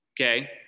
okay